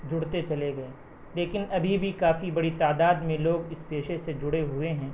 جڑتے چلے گئے لیکن ابھی بھی کافی بڑی تعداد میں لوگ اس پیشے سے جڑے ہوئے ہیں